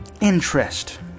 interest